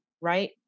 right